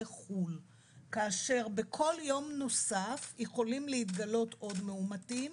חו"ל כאשר בכל יום נוסף יכולים להתגלות עוד מאומתים